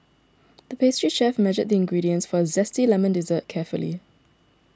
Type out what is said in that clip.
the pastry chef measured the ingredients for a Zesty Lemon Dessert carefully